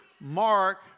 Mark